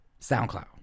SoundCloud